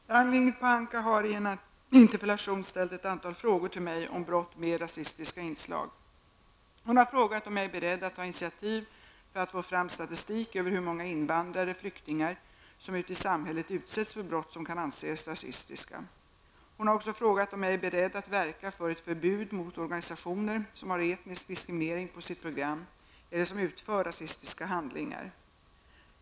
Herr talman! Ragnhild Pohanka har i en interpellation ställt ett antal frågor till mig om brott med rasistiska inslag. Hon har frågat om jag är beredd att ta initiativ för att få fram statistik över hur många invandrare/flyktingar som ute i samhället utsätts för brott som kan anses rasistiska. Hon har också frågat om jag är beredd att verka för ett förbud mot organisationer som har etnisk diskriminering på sitt program eller som utför rasistiska handlingar.